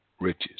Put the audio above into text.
riches